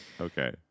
okay